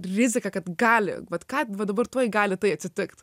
riziką kad gali vat ką va dabar tuoj gali tai atsitikti